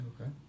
okay